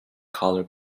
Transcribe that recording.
color